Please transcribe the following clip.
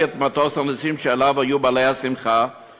את מטוס הנוסעים שעליו היו בעלי השמחה,